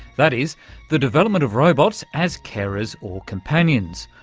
that is the development of robots as carers or companions,